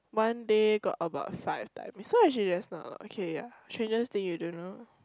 one day got about five times so actually it's not a lot okay yah strangest thing you don't know